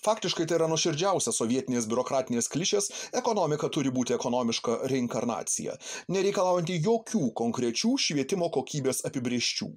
faktiškai tai yra nuoširdžiausia sovietinės biurokratinės klišės ekonomika turi būti ekonomiška reinkarnacija nereikalaujanti jokių konkrečių švietimo kokybės apibrėžčių